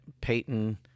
Peyton